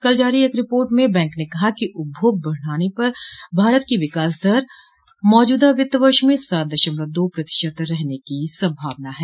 कल जारी एक रिर्पोट में बैंक ने कहा कि उपभोग बढ़ने पर भारत की विकास दर मौजूदा वित्त वर्ष में सात दशमलव दो प्रतिशत रहने की संभावना है